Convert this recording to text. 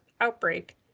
outbreak